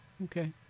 Okay